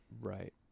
right